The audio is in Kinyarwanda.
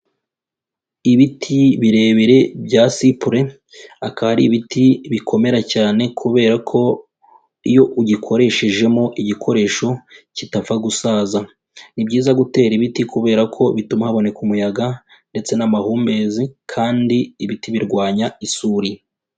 Ibiti birebire bya sipure, akaba ari ibiti bikomera cyane kubera ko iyo ugikoreshejemo igikoresho kidapfa gusaza. Ni byiza gutera ibiti kubera ko bituma haboneka umuyaga ndetse n'amahumbezi kandi ibiti birwanya isuri.